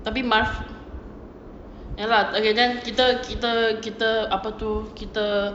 tapi mas~ ya lah okay then kita kita kita apa tu kita